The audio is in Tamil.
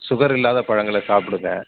சுகர் இல்லாத பழங்களை சாப்பிடுங்க